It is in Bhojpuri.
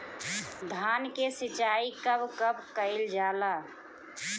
धान के सिचाई कब कब कएल जाला?